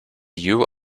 you